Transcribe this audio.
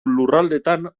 lurraldeetan